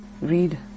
read